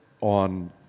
on